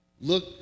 Look